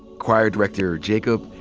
choir director, jacob,